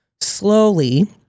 slowly